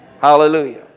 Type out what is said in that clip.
Hallelujah